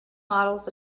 waddles